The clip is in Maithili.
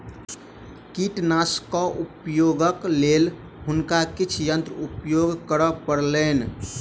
कीटनाशकक उपयोगक लेल हुनका किछ यंत्र उपयोग करअ पड़लैन